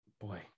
Boy